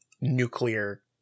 nuclear